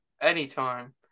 anytime